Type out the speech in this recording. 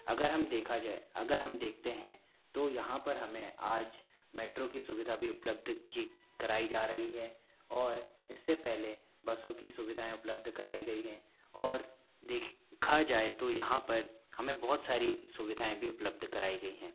अगर हम देखा जाए अगर हम देखते हैं तो यहाँ पर हमें आज मेट्रो की सुविधा भी उपलब्ध की कराई जा रही है और इससे पहले बसों की सुविधा उपलब्ध कराई गई है और देखा जाए तो यहाँ पर हमें बहुत सारी सुविधाएं भी उपलब्ध कराई गई है